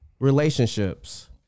Relationships